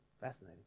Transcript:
Fascinating